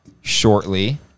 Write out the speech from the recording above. shortly